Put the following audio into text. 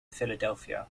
philadelphia